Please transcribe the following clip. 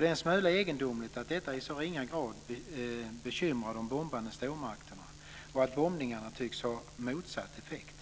Det är en smula egendomligt att detta i så ringa grad bekymrar de bombande stormakterna och att bombningarna tycks ha motsatt effekt.